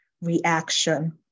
reaction